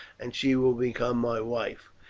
and she will become my wife.